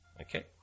Okay